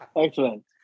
Excellent